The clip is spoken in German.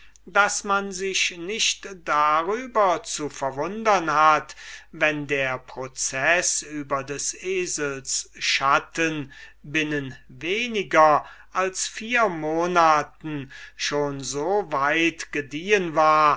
daß man sich nicht darüber zu verwundern hat wenn der proceß über des esels schatten binnen weniger als vier monaten schon so weit gediehen war